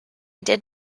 did